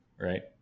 right